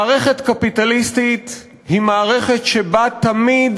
מערכת קפיטליסטית היא מערכת שבה תמיד